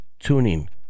TuneIn